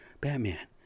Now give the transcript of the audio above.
Batman